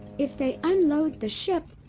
if they unload the ship,